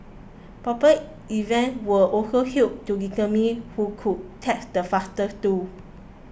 proper events were also held to determine who could text the fastest too